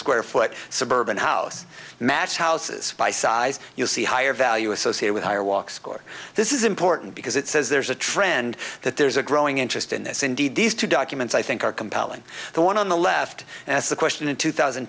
square foot suburban house match houses by size you'll see higher value associated with higher walk score this is important because it says there's a trend that there's a growing interest in this indeed these two documents i think are compelling the one on the left as the question in two thousand